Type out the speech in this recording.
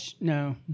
No